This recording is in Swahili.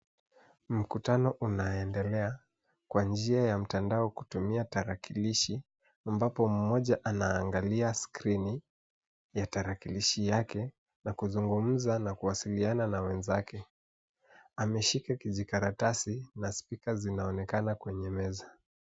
Mkutano unaendelea kwa njia ya mtandao kutumia tarakilishi ambapo mmoja anaangalia skrini ya tarakilishi yake na kuzungumza na kuwasiliana na wenzake. Ameshika kijikaratasi na spika zinaonekana kwenye meza.